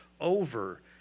over